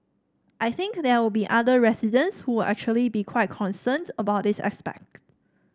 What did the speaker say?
I think there will be other residents who actually be quite concerned about this aspect